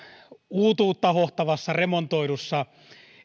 uutuutta hohtavassa remontoidussa